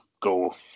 go